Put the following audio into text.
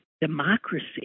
democracy